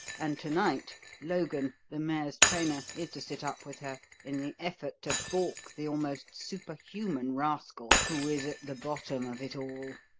and to-night logan, the mare's trainer, is to sit up with her in the effort to baulk the almost superhuman rascal who is at the bottom of it all.